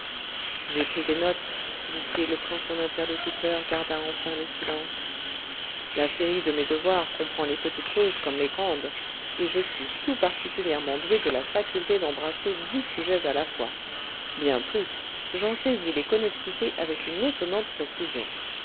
j'ai pris des notes dit-il quand son interlocuteur garda enfin le silence la série de mes devoirs comprend les petites choses comme les grandes et je suis tout particulièrement doué de la faculté d'embrasser dix sujets à la fois bien plus j'en saisis les connexités avec une étonnante précision